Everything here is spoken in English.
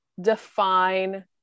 define